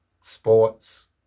sports